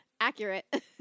Accurate